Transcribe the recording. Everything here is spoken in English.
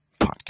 podcast